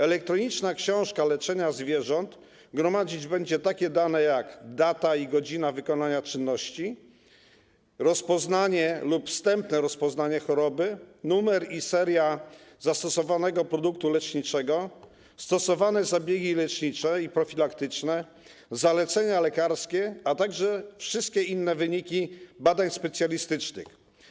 Elektroniczna książka leczenia zwierząt gromadzić będzie takie dane jak: data i godzina wykonania czynności, rozpoznanie lub wstępne rozpoznanie choroby, numer i seria zastosowanego produktu leczniczego, stosowane zabiegi lecznicze i profilaktyczne, zalecenia lekarskie, a także wszystkie inne wyniki badań specjalistycznych.